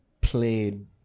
played